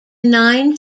nine